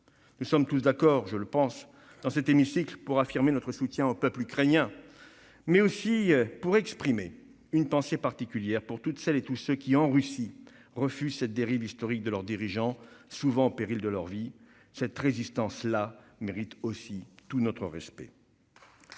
Nous sommes tous d'accord- je le pense -, dans cet hémicycle, non seulement pour affirmer notre soutien au peuple ukrainien, mais aussi pour adresser une pensée particulière à toutes celles et à tous ceux qui, en Russie, refusent cette dérive historique de leurs dirigeants, souvent au péril de leur vie. Cette résistance-là mérite aussi tout notre respect.